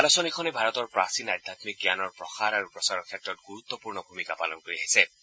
এই আলোচনীখনে ভাৰতৰ প্ৰাচীন আধ্যামিক জ্ঞানৰ প্ৰসাৰ আৰু প্ৰচাৰৰ ক্ষেত্ৰত গুৰুত্বপূৰ্ণ ভূমিকা পালন কৰি আহিছে